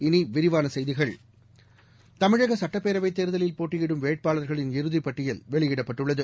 இனிவிரிவானசெய்திகள் தமிழகசட்டப்பேரவைத் கேர்கலில் போட்டயிடும் வேட்பாளர்களின் இறதிப்பட்டியல் வெளியிடப்பட்டுள்ளது